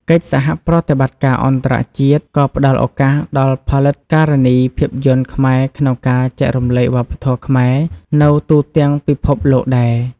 កិច្ចសហប្រតិបត្តិការអន្តរជាតិក៏ផ្តល់ឱកាសដល់ផលិតការនីភាពយន្តខ្មែរក្នុងការចែករំលែកវប្បធម៌ខ្មែរនៅទូទាំងពិភពលោកដែរ។